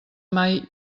mai